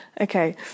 Okay